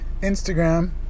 Instagram